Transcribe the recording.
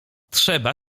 trzeba